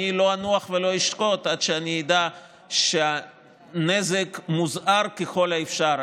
אני לא אנוח ולא אשקוט עד שאדע שהנזק מוזער ככל האפשר.